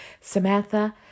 Samantha